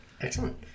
Excellent